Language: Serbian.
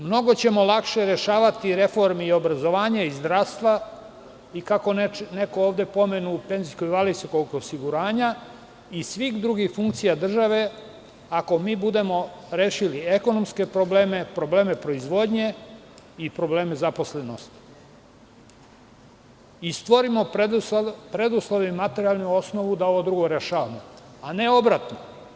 Mnogo ćemo lakše rešavati reforme i obrazovanja i zdravstva i, kako neko ovde pomenu, penzijskog i invalidskog osiguranja i svih drugih funkcija države, ako mi budemo rešili ekonomske probleme, probleme proizvodnje i probleme zaposlenosti i stvorimo preduslov i materijalnu osnovu da ovo drugo rešavamo, a ne obratno.